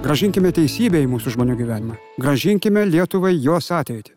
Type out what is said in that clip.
grąžinkime teisybę į mūsų žmonių gyvenimą grąžinkime lietuvai jos ateitį